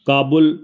Kabul